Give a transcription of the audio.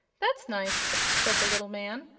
that's nice, said the little man.